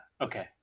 Okay